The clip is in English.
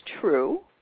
true